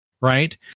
right